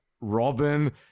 Robin